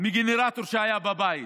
מגנרטור שהיה בבית,